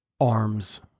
arms